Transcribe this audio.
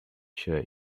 sure